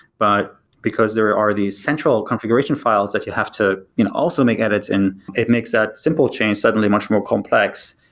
but because there are the central configuration files that you have to you know also make edits and it makes simple change suddenly much more complex,